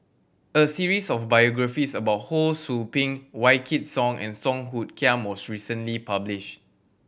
a series of biographies about Ho Sou Ping Wykidd Song and Song Hoot Kiam was recently published